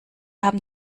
haben